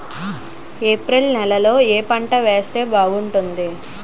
April నెలలో ఏ పంట వేస్తే బాగుంటుంది?